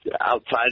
outside